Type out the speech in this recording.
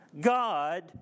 God